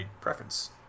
preference